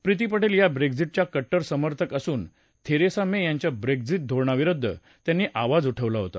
प्रीती पटेल या ब्रेग्झिटच्या कट्टर समर्थक असून थेरेसा मे यांच्या ब्रेग्झिट धोरणाविरुद्ध त्यांनी आवाज उठवला होता